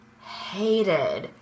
hated